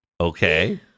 Okay